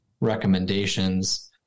recommendations